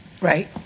right